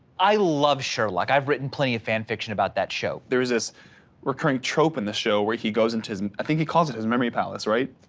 i love sherlock, i've written plenty of fanfiction about that show. there is this recurring trope in the show where he goes into i think he calls it his memory palace, right?